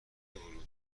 ورود